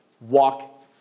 Walk